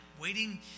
waiting